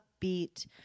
upbeat